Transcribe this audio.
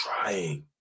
trying